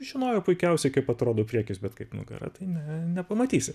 žinojo puikiausiai kaip atrodo priekis bet kaip nugara tai ne nepamatysi